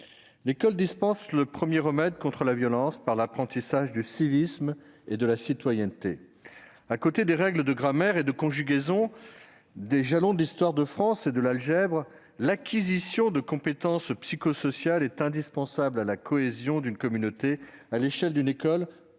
L'école dispense le premier remède contre la violence, par l'apprentissage du civisme et de la citoyenneté. À côté des règles de grammaire et de conjugaison, des jalons de l'histoire de France et de l'algèbre, l'acquisition de compétences psychosociales est indispensable à la cohésion d'une communauté, à l'échelle d'une école, comme à l'échelle